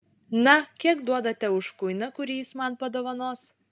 na kiek duodate už kuiną kurį jis man padovanos